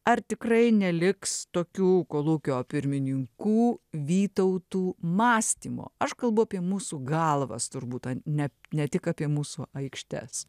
ar tikrai neliks tokių kolūkio pirmininkų vytautų mąstymo aš kalbu apie mūsų galvas turbūt o ne ne tik apie mūsų aikštes